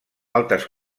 altes